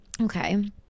okay